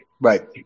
Right